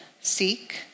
seek